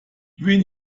wen